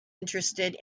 interested